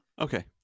Okay